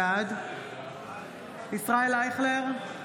בעד ישראל אייכלר,